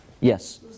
Yes